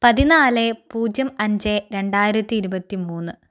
പതിനാല് പൂജ്യം അഞ്ച് രണ്ടായിരത്തി ഇരുപത്തിമൂന്ന്